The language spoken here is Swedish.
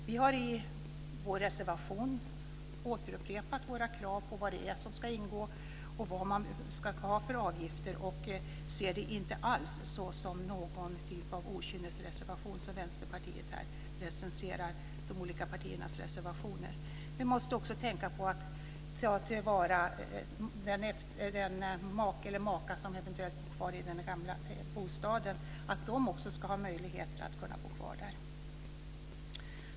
Vi har i vår reservation återupprepat krav på vad som ska ingå och vilka avgifter man ska ha. Vi ser det inte alls som någon typ av okynnesreservation, som Vänsterpartiet kritiserar de olika partiernas reservationer för. Vi måste också tänka på den efterlevande maken. Han eller hon måste också ha möjlighet att bo kvar i den gamla bostaden.